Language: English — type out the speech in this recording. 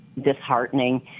disheartening